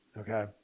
Okay